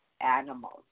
animals